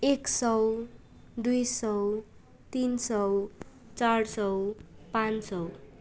एकसौ दुईसौ तिन सौ चार सौ पाँच सौ